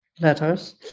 letters